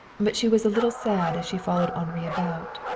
but she was a little sad as she followed henri about,